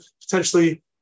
potentially